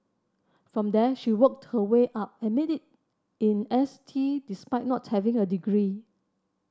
from there she worked her way up and made it in S T despite not having a degree